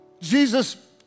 Jesus